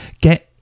get